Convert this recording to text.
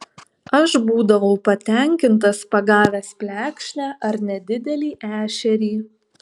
aš būdavau patenkintas pagavęs plekšnę ar nedidelį ešerį